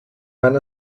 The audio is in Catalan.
van